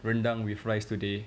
rendang with rice today